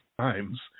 times